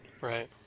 Right